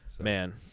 Man